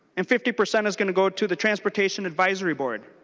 and fifty present is good to go to the transportation advisory board.